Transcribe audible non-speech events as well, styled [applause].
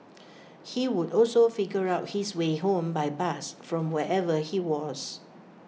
[noise] he would also figure out his way home by bus from wherever he was